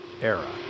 era